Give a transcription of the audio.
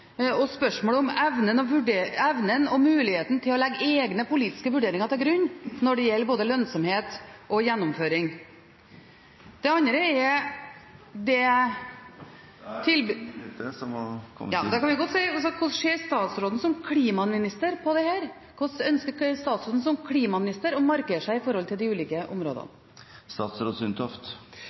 og om evnen og muligheten til å legge egne politiske vurderinger til grunn når det gjelder både lønnsomhet og gjennomføring. Det andre er det… Da er tiden ute … Ja, da kan vi godt si: Hvordan ser statsråden som klimaminister på dette? Hvordan ønsker statsråden som klimaminister å markere seg på de ulike